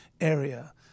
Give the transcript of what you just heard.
area